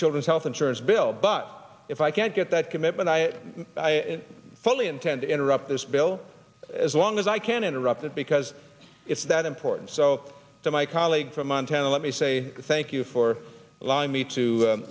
children's health insurance bill but if i can't get that commitment i fully intend to interrupt this bill as long as i can interrupt it because it's that important so to my colleague from montana let me say thank you for allowing me to